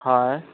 ᱦᱳᱭ